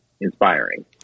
inspiring